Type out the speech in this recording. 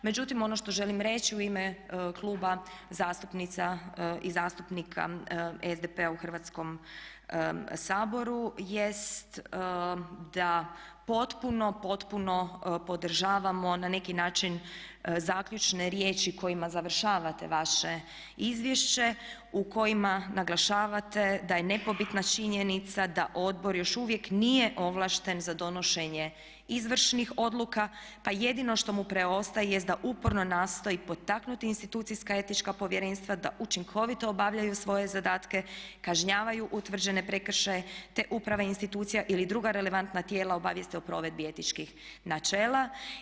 Međutim, ono što želim reći u ime Kluba zastupnica i zastupnika SDP-a u Hrvatskom saboru jest da potpuno, potpuno podržavamo na neki način zaključne riječi kojima završavate vaše izvješće u kojima naglašavate da je nepobitna činjenica da odbor još uvijek nije ovlašten za donošenje izvršnih odluka pa jedino što mu preostaje jest da uporno nastoji potaknuti institucijska etička povjerenstva da učinkovito obavljaju svoje zadatke, kažnjavaju utvrđene prekršaje te uprave institucija ili druga relevantna tijela obavijeste o provedbi etičkih načela.